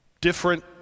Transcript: different